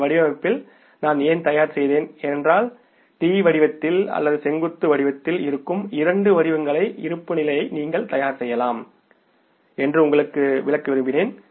இந்த வடிவமைப்பில் நான் ஏன் தயார் செய்தேன் ஏனென்றால் T வடிவத்தில் அல்லது செங்குத்து வடிவத்தில் இருக்கும் இரண்டு வடிவங்களில் இருப்புநிலைகளை நீங்கள் தயார் செய்யலாம் என்று உங்களுக்கு விளக்க விரும்பினேன்